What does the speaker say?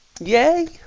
Yay